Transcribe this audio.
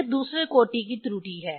यह दूसरे कोटि की त्रुटि है